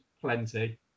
plenty